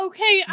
Okay